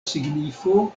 signifo